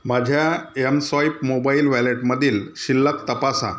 माझ्या यमस्वाईप मोबाइल वॅलेटमधील शिल्लक तपासा